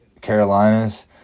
Carolinas